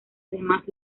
además